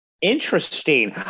Interesting